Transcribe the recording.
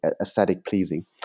aesthetic-pleasing